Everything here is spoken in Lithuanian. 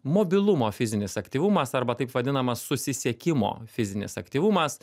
mobilumo fizinis aktyvumas arba taip vadinamas susisiekimo fizinis aktyvumas